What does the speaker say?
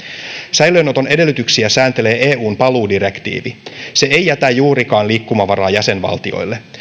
säilöönoton edellytyksiä sääntelee eun paluudirektiivi se ei jätä juurikaan liikkumavaraa jäsenvaltioille